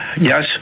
Yes